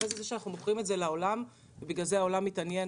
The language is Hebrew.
אחרי כן כשאנחנו מוכרים את זה לעולם ובגלל זה העולם מתעניין